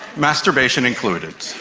masturbation included,